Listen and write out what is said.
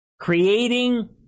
creating